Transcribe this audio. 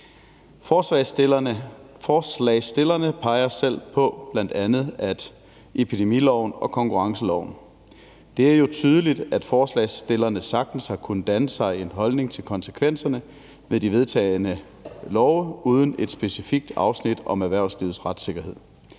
Forslagsstillerne peger selv på bl.a. epidemiloven og konkurrenceloven. Det er jo tydeligt, at forslagsstillerne sagtens har kun dannet sig en holdning til konsekvenserne ved de vedtagne love uden et specifikt afsnit om erhvervslivets retssikkerhed.